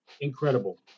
Incredible